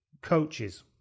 coaches